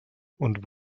und